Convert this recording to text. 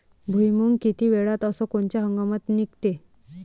भुईमुंग किती वेळात अस कोनच्या हंगामात निगते?